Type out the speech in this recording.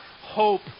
hope